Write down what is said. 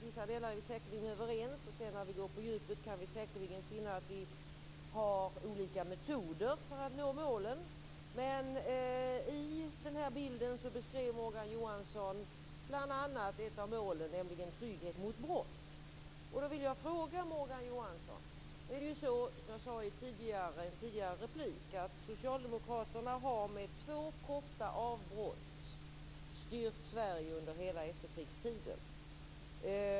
Vissa delar är vi säkert överens om. Sedan när vi går på djupet kan vi säkerligen finna att vi har olika metoder för att nå målen. Men Morgan Johansson beskrev bl.a. ett av målen, trygghet mot brott. Då vill jag ställa en fråga till Morgan Johansson. Nu är det ju så, som jag sade i en tidigare replik, att Socialdemokraterna med två korta avbrott har styrt Sverige under hela efterkrigstiden.